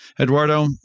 Eduardo